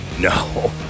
no